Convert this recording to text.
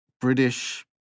British